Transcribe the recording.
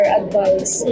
advice